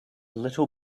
little